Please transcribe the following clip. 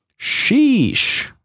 sheesh